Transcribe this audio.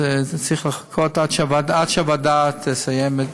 אז זה צריך לחכות עד שהוועדה תסיים,